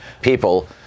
people